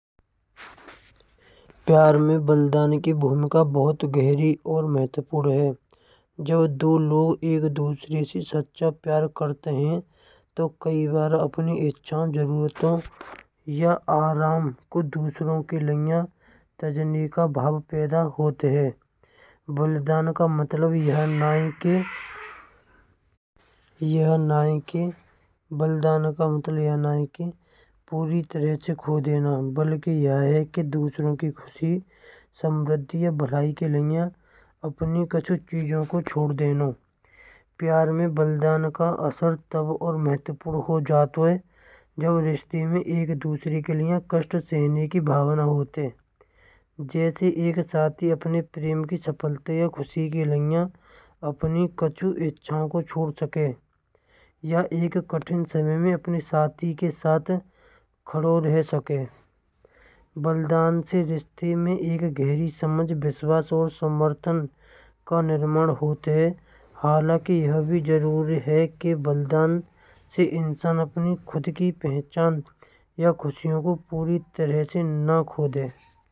प्यार में बलिदान की भूमिका बहुत गहरी और महत्वपूर्ण है जो दो लोग एक दूसरे से सच्चा प्यार करते हैं। तो कई बार अपनी इच्छा जरूरतों या आराम को दूसरों के लिए रजनी का भाव पैदा होते हैं। यह न केवल बलिदान का मतलब यह नहीं कि पूरी तरह से खो देना। बल्कि यह है कि दूसरों की खुशी समृद्धि और भलाई के लिए अपनी कच्ची चीजों को छोड़ प्यार में बलिदान का असर तब और महत्वपूर्ण हो जाता हो। जब रिश्ते में कष्ट सहने की भावना होती है। जैसे एक साथी अपने प्रेम की सफलता खुशी के लिए अपनी कच्ची इच्छा को छोड़ सके। समय भी अपने साथी के साथ खड़े हो सके एक गहरी समझ विश्वास और समर्थन का निर्माण होते। हालांकि यह भी जरूरी है कि बलिदान से इंसान अपनी खुद की पहचान या खुशियों को पूरी तरह से न खो दे।